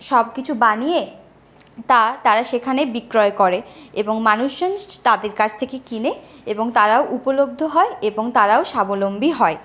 সব কিছু বানিয়ে তা তারা সেখানে বিক্রয় করে এবং মানুষজন তাদের কাছ থেকে কেনে এবং তারাও উপলব্ধ হয় এবং তারাও স্বাবলম্বী হয়